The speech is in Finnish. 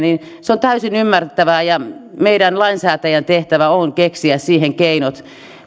se on täysin ymmärrettävää meidän lainsäätäjien tehtävä on keksiä siihen keinot